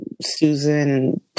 Susan